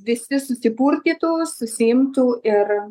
visi susipurtytų susiimtų ir